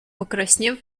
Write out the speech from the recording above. покраснев